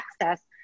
access